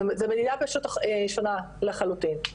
זו מדידה פשוט שונה לחלוטין.